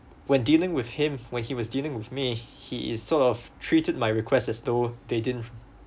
when dealing with him when he was dealing with me he is sort of treated my request as though they didn't